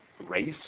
race